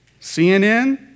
CNN